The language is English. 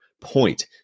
point